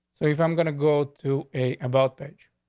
so if i'm gonna go to a about page,